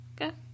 Okay